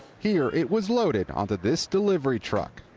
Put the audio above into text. here it was loaded on to this delivery truck.